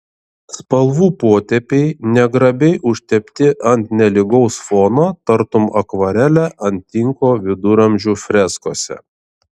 spalvų potėpiai negrabiai užtepti ant nelygaus fono tartum akvarelė ant tinko viduramžių freskose